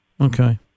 Okay